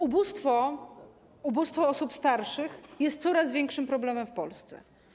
Ubóstwo, ubóstwo osób starszych jest coraz większym problemem w Polsce.